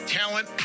talent